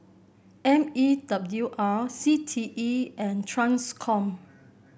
M E W R C T E and Transcom